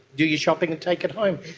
do your shopping and take it home.